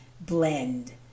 blend